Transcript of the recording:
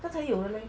刚才有的了